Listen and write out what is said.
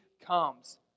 comes